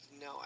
no